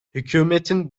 hükümetin